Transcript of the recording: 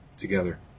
together